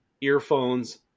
earphones